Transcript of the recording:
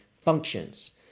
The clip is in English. functions